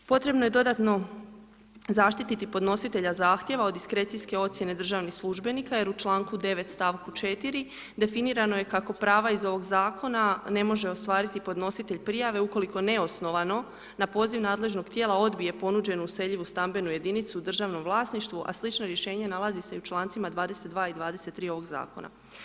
Potrebno je dodatno zaštititi podnositelja zahtjeva od diskrecijske ocjene državnih službenika jer u članku 9. stavku 4. definirano je kako prava iz ovoga zakona ne može ostvariti podnositelj prijave ukoliko neosnovano na poziv nadležnog tijela odbije ponuđenu useljivu stambenu jedinicu u državnom vlasništvu, a slično rješenje nalazi se i u člancima 22. i 23. ovoga zakona.